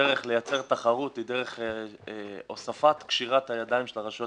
שהדרך לייצר תחרות היא דרך הוספת קשירת הידיים של הרשויות